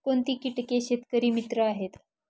कोणती किटके शेतकरी मित्र आहेत?